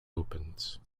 opens